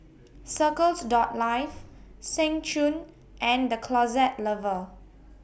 Circles Life Seng Choon and The Closet Lover